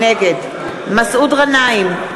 נגד מסעוד גנאים,